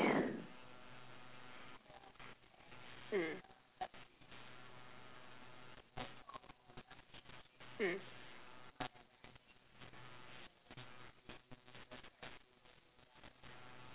mm mm